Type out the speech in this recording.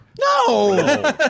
No